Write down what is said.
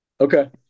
Okay